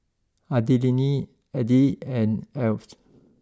Adilene Edie and Alys